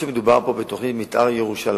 מה שמדובר פה בתוכנית מיתאר ירושלים,